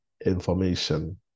information